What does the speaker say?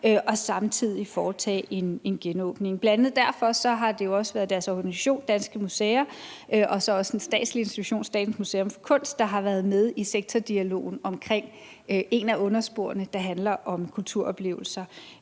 og samtidig foretage en genåbning. Bl.a. derfor har det jo også været Organisationen Danske Museer og også den statslige institution Statens Museum for Kunst, der har været med i sektordialogen i et underspor, der handler om kulturoplevelser